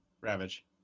Ravage